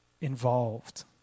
involved